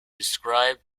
describe